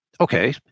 Okay